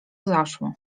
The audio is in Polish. zaszło